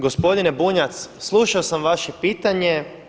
Gospodine Bunjac, slušao sam vaše pitanje.